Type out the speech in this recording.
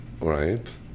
Right